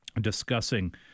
discussing